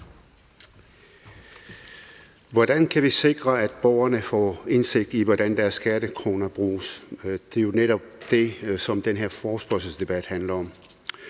Hvordan kan vi sikre, at borgerne får indsigt i, hvordan deres skattekroner bruges? Det er jo netop det, som den her forespørgselsdebat handler om,